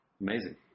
amazing